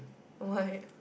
why